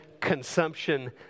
consumption